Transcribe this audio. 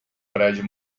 prédio